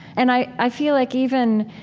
and i i feel like even,